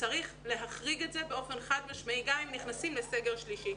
וצריך להחריג את זה באופן חד משמעי גם אם נכנסים לסגר שלישי.